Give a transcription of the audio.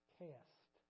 cast